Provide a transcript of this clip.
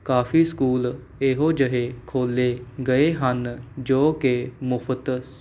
ਕਾਫੀ school ਇਹੋ ਜਿਹੇ ਖੋਲ੍ਹੇ ਗਏ ਹਨ ਜੋ ਕਿ ਮੁਫਤ ਸ